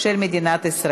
אין נמנעים.